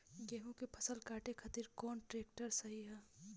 गेहूँ के फसल काटे खातिर कौन ट्रैक्टर सही ह?